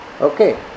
Okay